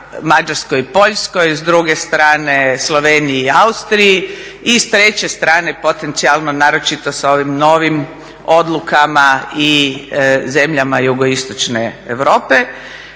Mađarskoj i Poljskoj, s druge strane Sloveniji i Austriji, i s treće strane potencijalno naročito s ovim novim odlukama i zemljama jugoistočne Europe.